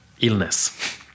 illness